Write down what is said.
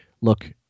look